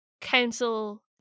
Council